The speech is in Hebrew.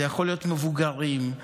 להיות מבוגרים,